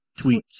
tweets